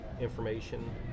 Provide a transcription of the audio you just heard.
information